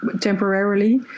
temporarily